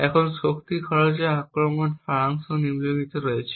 এখন শক্তি খরচ আক্রমণ সারাংশ নিম্নলিখিত আছে